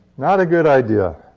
not a good idea.